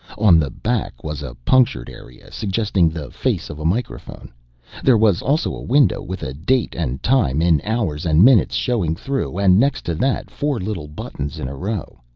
on the back was a punctured area suggesting the face of a microphone there was also a window with a date and time in hours and minutes showing through and next to that four little buttons in a row.